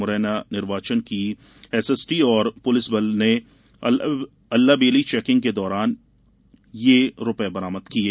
मुरैना निर्वाचन की एसएसटी और पुलिस बल र्ने अल्लावेली चेकिंग के दौरान ये रूपये बरामद किये